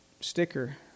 sticker